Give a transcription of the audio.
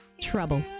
Trouble